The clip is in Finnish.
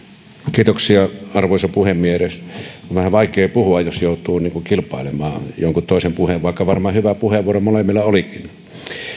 kiitoksia arvoisa puhemies on vähän vaikea puhua jos joutuu kilpailemaan jonkun toisen puheen kanssa vaikka varmaan hyvä puheenvuoro molemmilla olikin